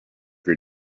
your